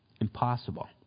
Impossible